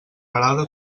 parada